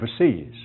overseas